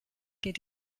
geht